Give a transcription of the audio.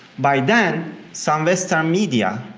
by then some western media,